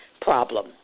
problem